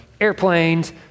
airplanes